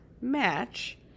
match